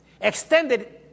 extended